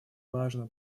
важно